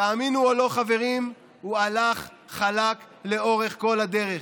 תאמינו או לא, חברים, הוא הלך חלק לאורך כל הדרך,